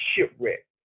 shipwreck